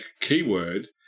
keyword